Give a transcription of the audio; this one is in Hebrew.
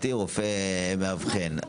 רופא אף אוזן גרון,